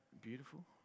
beautiful